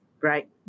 right